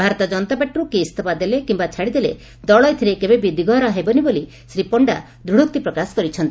ଭାରତୀୟ କନତା ପାର୍ଟରୁ କିଏ ଇସ୍ତଫା ଦେଲେ କିମ୍ବା ଛାଡି ଦେଲେ ଦଳ ଏଥିରେ କେବେ ବି ଦିଗହରା ହେବନି ବୋଲି ଶ୍ରୀ ପଣ୍ଡା ଦୂଢୋକ୍ତି ପ୍ରକାଶ କରିଛନ୍ତି